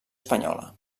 espanyola